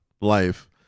life